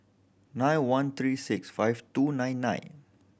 nine one three six five two nine nine